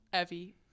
Evie